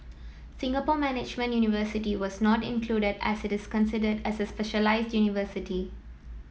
Singapore Management University was not included as it is considered as a specialised university